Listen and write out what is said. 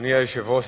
אדוני היושב-ראש,